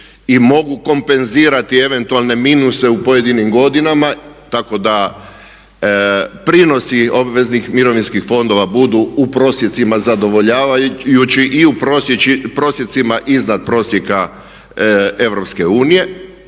i mogu kompenzirati eventualne minuse u pojedinim godinama tako da prinosi obveznih mirovinskih fondova budu u prosjecima zadovoljavajući i u prosjecima iznad prosjeka EU